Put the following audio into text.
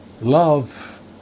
love